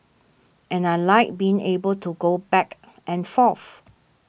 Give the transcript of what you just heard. and I like being able to go back and forth